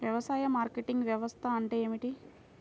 వ్యవసాయ మార్కెటింగ్ వ్యవస్థ అంటే ఏమిటి?